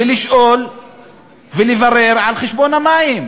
לשאול ולברר על חשבון המים.